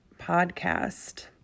Podcast